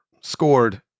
scored